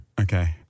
Okay